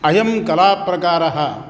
अयं कलाप्रकारः